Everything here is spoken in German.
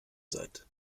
satt